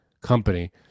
company